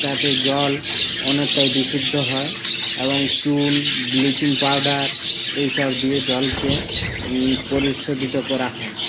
তাতে জল অনেকটাই বিশুদ্ধ হয় এবং চুন ব্লিচিং পাউডার এইসব দিয়ে জলকে পরিশোধিত করা হয়